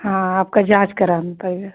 हाँ आपकी जाँच करानी पड़ेगी